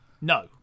No